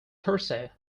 thursday